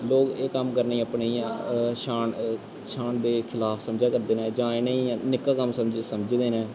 लोग एह् कम्म करने गी अपनी इ'यां शान शान दे खलाफ समझा करदे न जां इ'नें गी निक्का कम्म समझा समझदे न